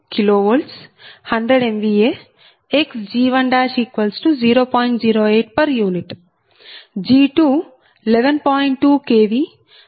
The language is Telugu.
2 kV 100 MVA xg10